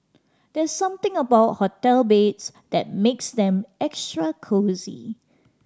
there's something about hotel beds that makes them extra cosy